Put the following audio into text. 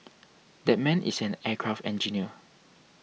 that man is an aircraft engineer